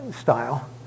style